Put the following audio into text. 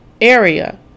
area